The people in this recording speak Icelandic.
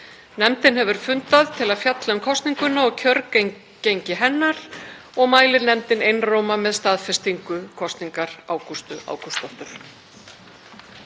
Nefndin hefur fundað til að fjalla um kosninguna og kjörgengi hennar og mælir nefndin einróma með staðfestingu kosningar Ágústu